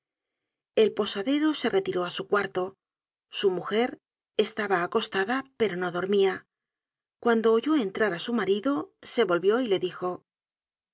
el posadero se retiró á su cuarto su mujer estaba acostada pero no dormía cuando oyó entrar á su marido se volvió y le dijo